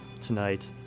tonight